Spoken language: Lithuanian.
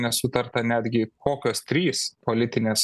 nesutarta netgi kokios trys politinės